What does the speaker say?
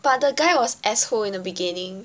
but the guy was asshole in the beginning